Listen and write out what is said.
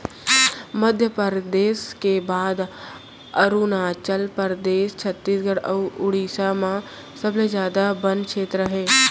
मध्यपरेदस के बाद अरूनाचल परदेस, छत्तीसगढ़ अउ उड़ीसा म सबले जादा बन छेत्र हे